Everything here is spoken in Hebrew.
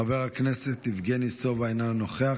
חבר הכנסת יבגני סובה, אינו נוכח.